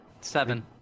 seven